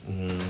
mm